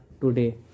today